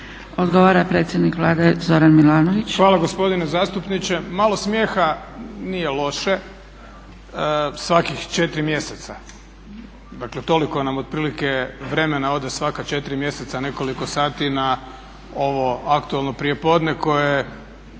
Odgovara predsjednik Vlade Zoran Milanović.